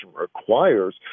requires